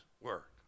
work